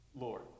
lord